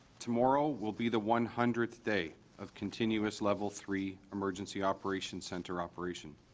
tomorrow will be the one hundredth day of continuous level three emergency operations center operation